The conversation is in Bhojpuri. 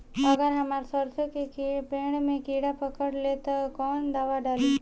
अगर हमार सरसो के पेड़ में किड़ा पकड़ ले ता तऽ कवन दावा डालि?